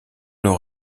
leur